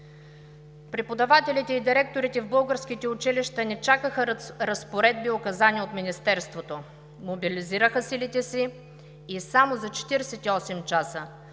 Преподавателите и директорите в българските училища не чакаха разпоредби и указания от Министерството, мобилизираха силите си и само за 48 часа